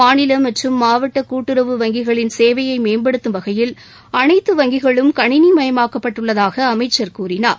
மாநில மற்றும் மாவட்ட கூட்டுறவு வங்கிகளின் சேவையை மேம்படுத்தும் வகையில் அனைத்து வங்கிகளும் கணினி மயமாக்கப்பட்டுள்ளதாக அமைச்சர் கூறினார்